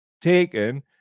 taken